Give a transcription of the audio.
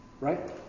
Right